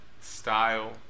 style